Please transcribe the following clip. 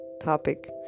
topic